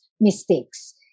mistakes